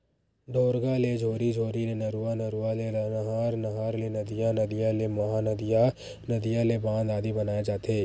ढोरगा ले झोरी, झोरी ले नरूवा, नरवा ले नहर, नहर ले नदिया, नदिया ले महा नदिया, नदिया ले बांध आदि बनाय जाथे